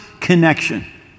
connection